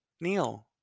Neil